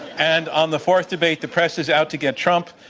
and on the fourth debate, the press is out to get trump,